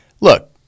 look